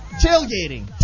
Tailgating